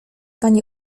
pani